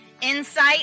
insight